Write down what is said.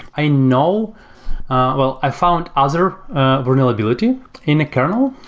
i know well, i found other vulnerability in a kernel,